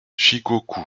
shikoku